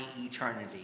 eternity